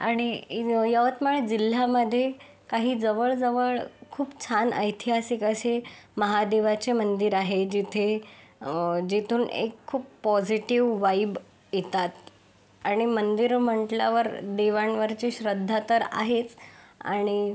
आणि यव् यवतमाळ जिल्ह्यामध्ये काही जवळजवळ खूप छान ऐतिहासिक असे महादेवाचे मंदिर आहे जिथे जिथून एक खूप पॉझिटीव वाईब येतात आणि मंदिरं म्हंटल्यावर देवांवरची श्रद्धा तर आहेच आणि